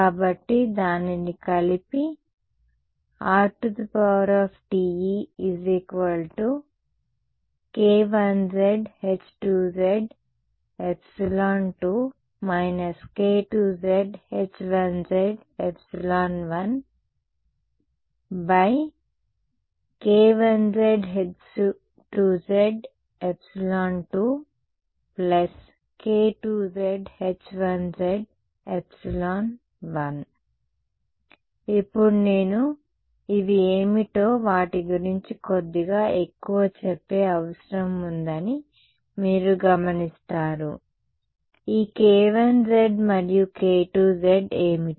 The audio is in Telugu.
కాబట్టి దానిని కలిపి RTE k1zh2z2k2zh1z1 ఇప్పుడు నేను ఇవి ఏమిటో వాటి గురించి కొద్దిగా ఎక్కువ చెప్పే అవసరం ఉందని మీరు గమనిస్తారుఈ k1z మరియు k2z ఏమిటి